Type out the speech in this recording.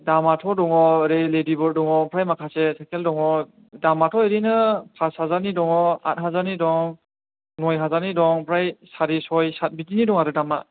दामाथ' दङ ओरै लेदिबार्द दङ ओमफ्राय माखासे साइकेल दङ दामाथ' ओरैनो फास हाजारनि दङ आथ हाजारनि दङ नय हाजारनि दं ओमफ्राय सारि सय साट बिदिनि दं आरो दामा